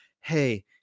hey